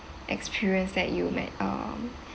experience that you met uh